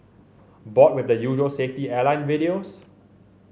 bored with the usual safety airline videos